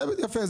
יפה.